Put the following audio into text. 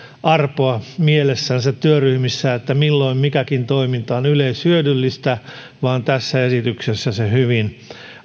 arpoa mielessänsä työryhmissä milloin mikäkin toiminta on yleishyödyllistä vaan tässä esityksessä se hyvin